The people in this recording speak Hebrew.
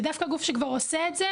דווקא לגבי הגוף שכבר עושה את זה